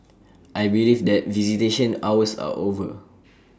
I believe that visitation hours are over